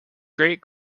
great